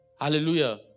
Hallelujah